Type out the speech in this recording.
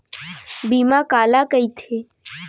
बीमा काला कइथे?